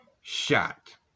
Shot